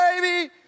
baby